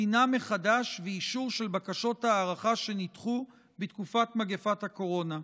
בחינה מחדש ואישור של בקשות ההארכה שנדחו בתקופת מגפת הקורונה.